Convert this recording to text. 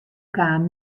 kaam